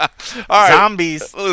Zombies